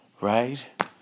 right